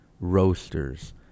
roasters